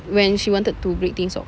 when she wanted to break things off